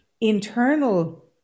internal